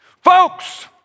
Folks